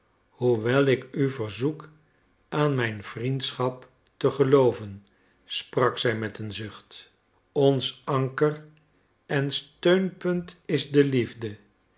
hoewel ik u verzoek aan mijn vriendschap te gelooven sprak zij met een zucht ons anker en steunpunt is de liefde